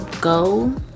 go